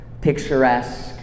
picturesque